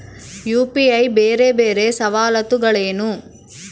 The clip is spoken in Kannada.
ಯು.ಪಿ.ಐ ಬೇರೆ ಬೇರೆ ಸವಲತ್ತುಗಳೇನು?